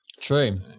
True